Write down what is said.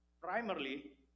primarily